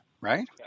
right